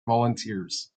volunteers